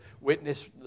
witness